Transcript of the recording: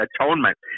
atonement